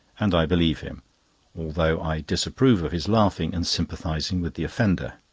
and i believe him although i disapprove of his laughing and sympathising with the offender.